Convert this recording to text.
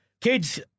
Kids